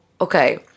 okay